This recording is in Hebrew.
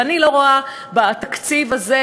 ואני לא רואה בתקציב הזה,